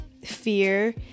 fear